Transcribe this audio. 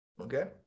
Okay